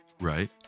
right